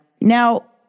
Now